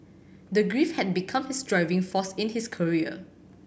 his grief had become his driving force in his career